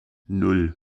nan